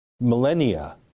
millennia